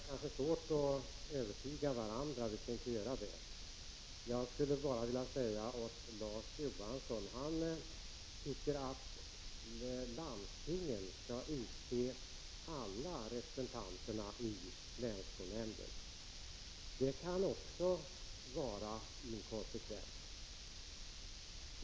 Herr talman! Det är kanske svårt för oss att övertyga varandra, och vi skall inte göra det. Jag skulle bara vilja säga till Larz Johansson att när han tycker att landstingen skall utse alla representanterna i länsskolnämnden, kan också det vara inkonsekvent.